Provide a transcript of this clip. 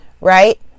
right